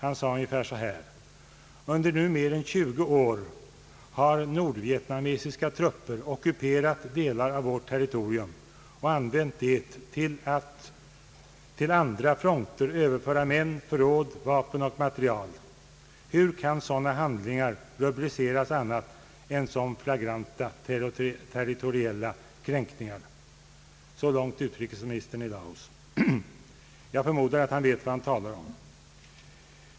Han sade ungefär så här: Under nu mer än 20 år har nordvietnamesiska trupper ockuperat delar av vårt territorium och använt det till att till andra fronter överföra män, förråd, vapen och material. Hur kan sådana handlingar rubriceras som annat än flagranta territoriella kränkningar? Så långt vice utrikesministern i Laos. Jag förmodar att han vet vad han talar om.